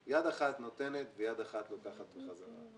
יד אחת נותנת ויד אחת לוקחת בחזרה.